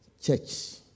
church